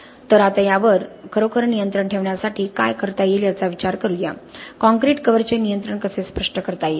तर आता यावर खरोखर नियंत्रण ठेवण्यासाठी काय करता येईल याचा विचार करूया काँक्रीट कव्हरचे नियंत्रण कसे स्पष्ट करता येईल